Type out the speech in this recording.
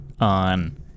on